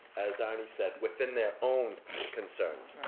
as arnie said, within their own concerns.